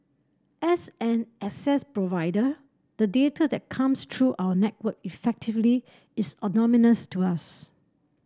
as an access provider the data that comes through our network effectively is anonymous to us